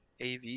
AV